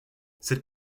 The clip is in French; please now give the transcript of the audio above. cette